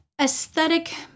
aesthetic